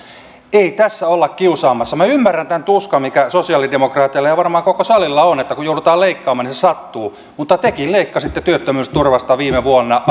ei tässä olla kiusaamassa minä ymmärrän tämän tuskan mikä sosialidemokraateilla ja varmaan koko salilla on että kun joudutaan leikkaamaan niin se sattuu mutta tekin leikkasitte työttömyysturvasta viime vuonna